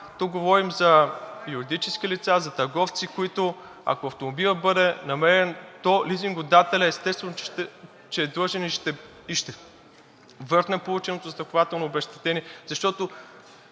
Тук говорим за юридически лица, за търговци, които, ако автомобилът бъде намерен, то лизингодателят, естествено, че е длъжен и ще върне полученото застрахователно обезщетение, защото